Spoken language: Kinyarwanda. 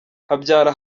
habyara